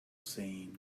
saying